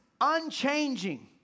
unchanging